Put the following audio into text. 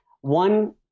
one